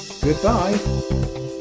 Goodbye